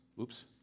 Oops